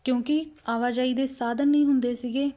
ਕਿਉਂਕਿ ਆਵਾਜਾਈ ਦੇ ਸਾਧਨ ਨਹੀਂ ਹੁੰਦੇ ਸੀਗੇ